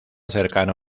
cercano